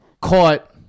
caught